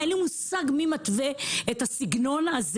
אין לי מושג מי מתווה את הסגנון הזה.